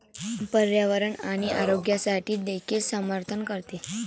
पर्यावरण आणि आरोग्यासाठी देखील समर्थन करते